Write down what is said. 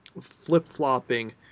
flip-flopping